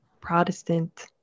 Protestant